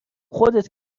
خودت